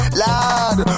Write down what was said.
lad